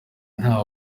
nta